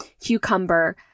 cucumber